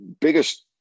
biggest